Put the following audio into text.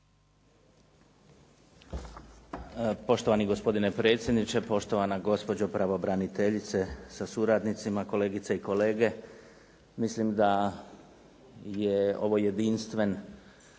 Poštovani gospodine predsjedniče. Poštovana gospođo pravobraniteljice sa suradnicima, kolegice i kolege. Mislim da je ovo jedinstven